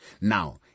Now